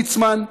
ליצמן,